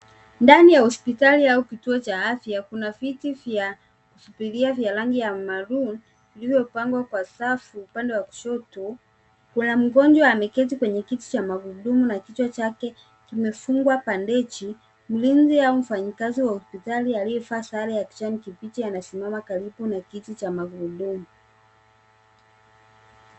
Ndani ya hospitali au kituo cha afya kuna viti vya subiria, vya rangi ya maroon , vilivyopangwa kwa safu upande wa kushoto. Kuna mgonjwa ameketi kwenye kiti cha magurudumu na kichwa chake kimefungwa bandeji. Mlinzi au mfanyikazi wa hospitali aliyevaa sare ya kijani kibichi, anasimama karibu na kiti chenye magurudumu.